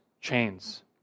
chains